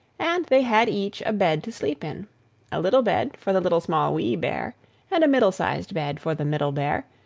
and they had each a bed to sleep in a little bed for the little, small, wee bear and a middle-sized bed for the middle bear,